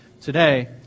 today